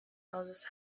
hauses